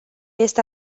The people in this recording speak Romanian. este